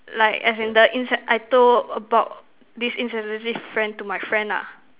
like as in the insens~ I told about this insensitive friend to my friend ah